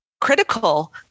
critical